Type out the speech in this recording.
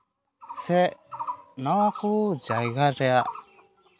ᱥᱮ ᱱᱚᱣᱟ ᱠᱚ ᱡᱟᱭᱜᱟ ᱨᱮᱭᱟᱜ